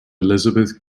elizabeth